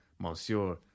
Monsieur